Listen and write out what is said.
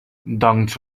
doncs